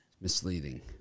Misleading